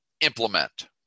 implement